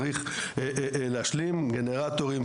צריך להשלים גנרטורים,